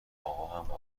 آقاهم